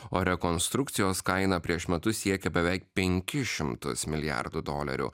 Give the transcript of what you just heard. o rekonstrukcijos kaina prieš metus siekė beveik penkis šimtus milijardų dolerių